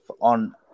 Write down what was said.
on